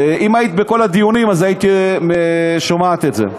אילו היית בכל הדיונים היית שומעת את זה.